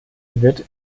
wird